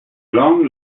long